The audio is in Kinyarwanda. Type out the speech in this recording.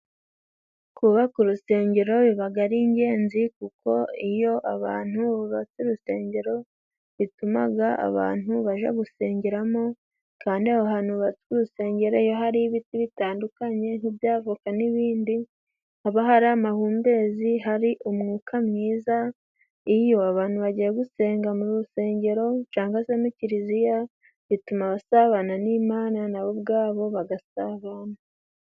Kubaka urusengero bibaga ari ingenzi kuko iyo abantu bubaka urusengero bitumaga abantu baja gusengeramo kandi aho hantu bafite urusengero iyo hari ibiti bitandukanye nk'ibyavoka n'ibindi haba hari amahumbezi hari umwuka mwiza iyo abantu bagiye gusenga mu rusengero cyanga se mu kiliziya bituma abasabana n'Imana nabo ubwabo bagasabana.